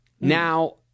Now